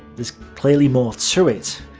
there's clearly more to it,